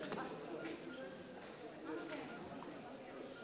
לרשותך שלוש דקות.